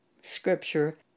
scripture